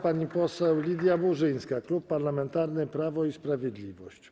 Pani poseł Lidia Burzyńska, Klub Parlamentarny Prawo i Sprawiedliwość.